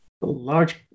large